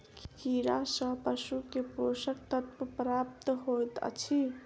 कीड़ा सँ पशु के पोषक तत्व प्राप्त होइत अछि